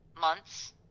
months